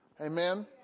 Amen